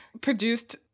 produced